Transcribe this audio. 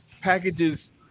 packages